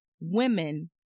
women